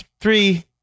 three